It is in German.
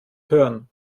hören